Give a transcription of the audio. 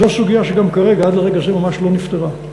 זו סוגיה שגם כרגע, עד לרגע זה ממש, לא נפתרה.